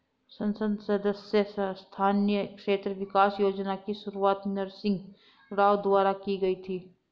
संसद सदस्य स्थानीय क्षेत्र विकास योजना की शुरुआत नरसिंह राव द्वारा की गई थी